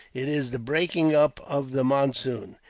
it is the breaking up of the monsoon.